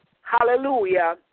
Hallelujah